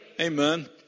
Amen